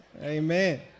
Amen